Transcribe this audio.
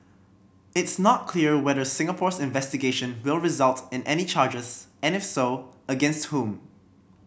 it's not clear whether Singapore's investigation will result in any charges and if so against whom